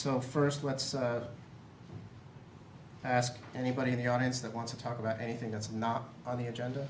so first let's ask anybody in the audience that want to talk about anything that's not on the agenda